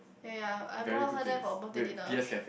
ya ya I brought her there for birthday dinner